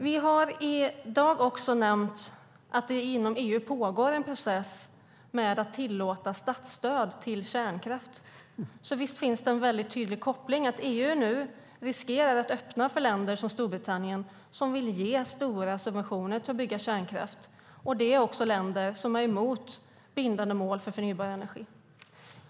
Vi har i dag också nämnt att det inom EU pågår en process med att tillåta statsstöd till kärnkraft, så visst finns det en väldigt tydlig koppling att EU nu riskerar att öppna för länder som Storbritannien som vill ge stora subventioner till att bygga kärnkraft. Det är också länder som är emot bindande mål för förnybar energi.